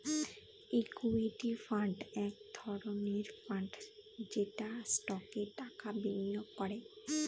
equity fund এক ধরনের fund যেটা স্টকে টাকা বিনিয়োগ করে